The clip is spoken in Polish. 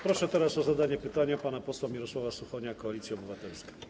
Proszę o zadanie pytania pana posła Mirosława Suchonia, Koalicja Obywatelska.